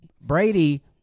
Brady